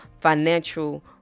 financial